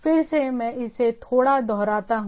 फिर से मैं इसे थोड़ा दोहराता हूं